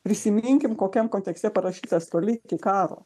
prisiminkim kokiam kontekste parašytas toli iki karo